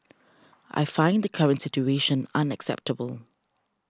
I find the current situation unacceptable